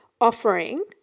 offering